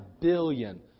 billion